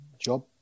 job